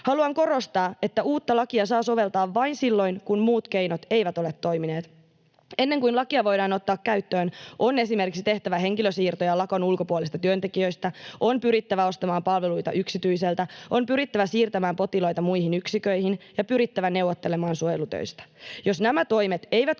Haluan korostaa, että uutta lakia saa soveltaa vain silloin, kun muut keinot eivät ole toimineet. Ennen kuin lakia voidaan ottaa käyttöön, on esimerkiksi tehtävä henkilösiirtoja lakon ulkopuolisista työntekijöistä, on pyrittävä ostamaan palveluita yksityiseltä, on pyrittävä siirtämään potilaita muihin yksiköihin ja pyrittävä neuvottelemaan suojelutöistä. Jos nämä toimet eivät kykene